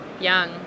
young